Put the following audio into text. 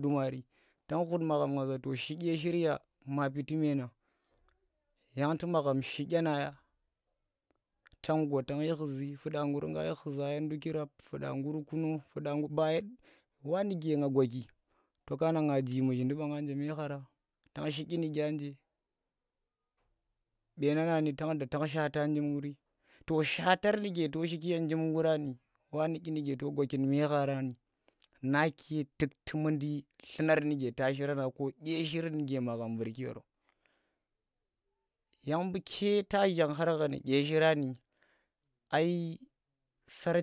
duman ta khut maghem nga za shi dye shirya ma piti meeni yang to magham shi dyena ya tang gwa tasn shi khuzii kye na ya tan gwa shi kwza ye ndukki rap fuda gur kunning ba wa nuku nga gwaki tokana nganji muzhindi banga nje me khara tang shi dyinwa anje beena nang tang da tang shaata jimguri. toh shaatar nuke to shiki ye njimguri wa nu dyini ge to gwakin me khara nake tukti mundi dlunar nuke ta shirana dye shir nuke magham vurki yoro yang buuke ta zhang khar kha nu dye shira ai sarchi.